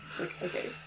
okay